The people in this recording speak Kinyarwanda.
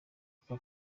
aka